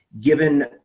given